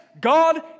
God